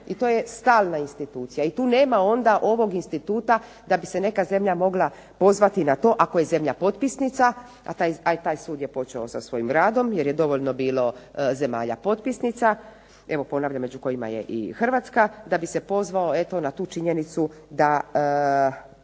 I to je stalna institucija, i tu nema onda ovog instituta da bi se neka zemlja mogla pozvati na to ako je zemlja potpisnica, a taj sud je počeo sa svojim radom jer je dovoljno bilo zemalja potpisnica, evo ponavljam među kojima je i Hrvatska da bi se pozvao eto na tu činjenicu da